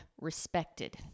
respected